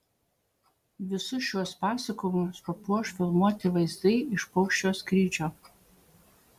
visus šiuos pasakojimus papuoš filmuoti vaizdai iš paukščio skrydžio